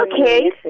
Okay